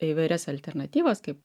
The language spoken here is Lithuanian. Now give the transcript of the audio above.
įvairias alternatyvas kaip